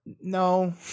no